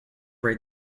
rate